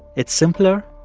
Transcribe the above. it's simpler.